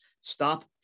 stop